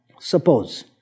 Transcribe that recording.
Suppose